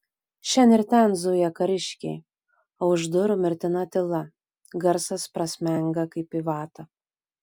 šen ir ten zuja kariškiai o už durų mirtina tyla garsas prasmenga kaip į vatą